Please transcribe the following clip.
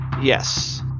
Yes